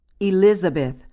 Elizabeth